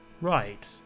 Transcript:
Right